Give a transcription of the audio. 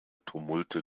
tumulte